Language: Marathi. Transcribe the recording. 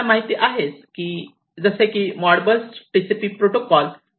तुम्हाला माहिती आहे जसे की मॉडबस TCP प्रोटोकॉल